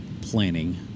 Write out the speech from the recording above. planning